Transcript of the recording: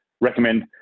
recommend